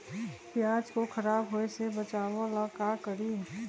प्याज को खराब होय से बचाव ला का करी?